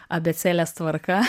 abėcėlės tvarka